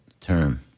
term